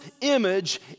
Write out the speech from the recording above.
image